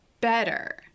better